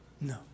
No